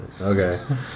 Okay